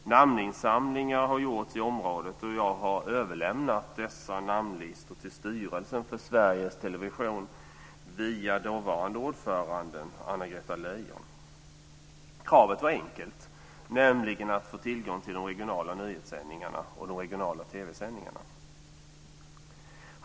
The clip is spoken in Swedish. Namninsamlingar har gjorts i området, och jag har överlämnat dessa namnlistor till styrelsen för Sveriges Television via dåvarande ordföranden Kravet var enkelt, nämligen att man skulle få tillgång till de regionala nyhetssändningarna och de regionala TV-sändningarna.